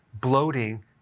bloating